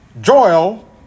Joel